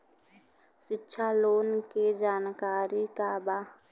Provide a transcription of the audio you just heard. शिक्षा लोन के जानकारी का बा?